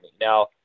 Now